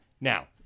Now